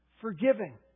Forgiving